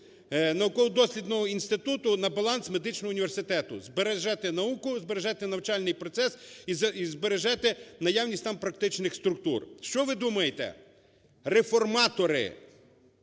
науково-дослідного інституту на баланс медичного університету, збережете науку, збережете навчальний процес і збережете наявність там практичних структур. Що ви думаєте? Реформатори.